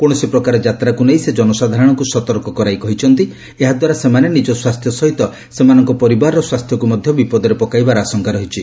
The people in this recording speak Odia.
କୌଣସି ପ୍ରକାର ଯାତ୍ରାକୁ ନେଇ ସେ ଜନସାଧାରଣଙ୍କୁ ସତର୍କ କରାଇ କହିଛନ୍ତି ଏହାଦ୍ୱାରା ସେମାନେ ନିଜ ସ୍ୱାସ୍ଥ୍ୟ ସହିତ ସେମାନଙ୍କ ପରିବାରର ସ୍ୱାସ୍ଥ୍ୟକୁ ମଧ୍ୟ ବିପଦରେ ପକାଇବାର ଆଶଙ୍କା ରହିଛି